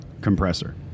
compressor